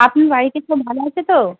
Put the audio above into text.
আপনার বাড়িতে সব ভালো আছে তো